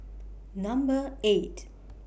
Number eight